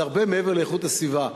זה הרבה מעבר לאיכות הסביבה,